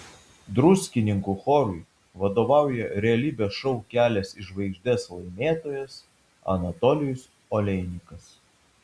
druskininkų chorui vadovauja realybės šou kelias į žvaigždes laimėtojas anatolijus oleinikas